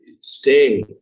stay